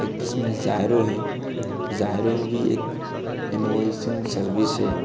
एक इसमें ज़ायरो है ज़ायरो भी एक इन्वॉइसिंग सर्विस है